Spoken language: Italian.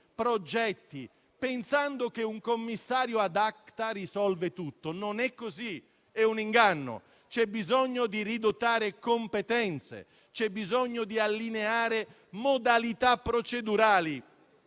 progetti pensando che un commissario *ad acta* risolve tutto; non è così, è un inganno. C'è bisogno di ricostituire una dote di competenze e di allineare modalità procedurali.